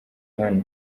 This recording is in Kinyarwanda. hano